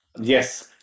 yes